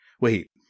Wait